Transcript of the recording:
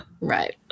Right